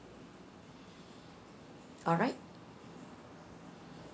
alright